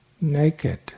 naked